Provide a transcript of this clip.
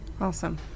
awesome